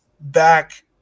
back